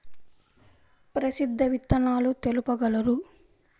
ప్రసిద్ధ విత్తనాలు తెలుపగలరు?